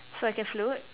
so I can float